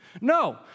No